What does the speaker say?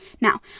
Now